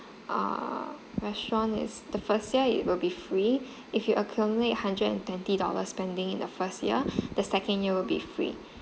uh restaurant is the first year it will be free if you accumulate hundred and twenty dollars spending in the first year the second year will be free